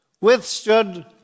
withstood